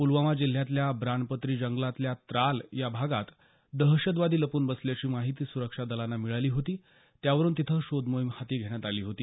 पुलवामा जिल्ह्यातल्या ब्रानपत्री जंगलातल्या त्राल या भागात दहशवादी लपून बसल्याची माहिती सुरक्षा दलांना मिळाली होती त्यावरून तिथं शोध मोहीम हाती घेण्यात आली होती